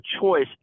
choice